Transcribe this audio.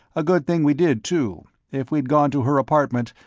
a good thing we did, too if we'd gone to her apartment,